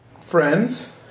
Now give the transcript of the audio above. friends